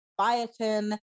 biotin